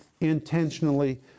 intentionally